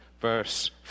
verse